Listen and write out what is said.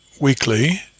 weekly